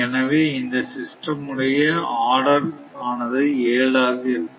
எனவே இந்த சிஸ்டம் உடைய ஆர்டர் ஆனது 7 ஆக இருக்கும்